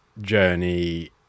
journey